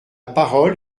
parole